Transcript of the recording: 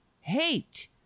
hate